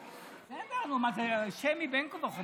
זה שמית בין כה וכה.